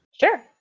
Sure